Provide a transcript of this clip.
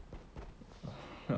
okay